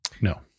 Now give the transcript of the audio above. no